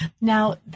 Now